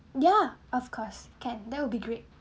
ya of course can that will be great